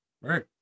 right